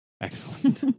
excellent